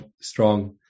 strong